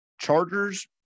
Chargers